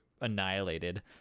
annihilated